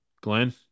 glenn